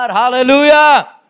hallelujah